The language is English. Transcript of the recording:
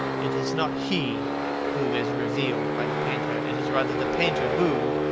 it is not he who is revealed by the painter it is rather the painter who,